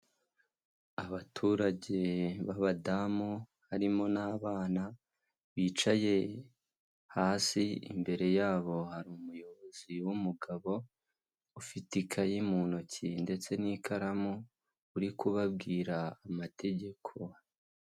Abaturage b'abadamu harimo n'abana bicaye hasi, imbere yabo hari umuyobozi w'umugabo ufite ikayi mu ntoki ndetse n'ikaramu uri kubabwira amategeko.